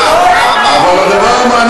אבל כמה?